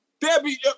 Debbie